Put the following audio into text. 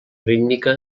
rítmica